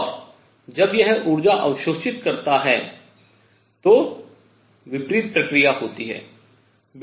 और जब यह ऊर्जा अवशोषित करता है तो विपरीत प्रक्रिया होती है